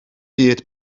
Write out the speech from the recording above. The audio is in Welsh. byd